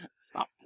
Stop